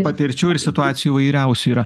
patirčių ir situacijų įvairiausių yra